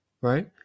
right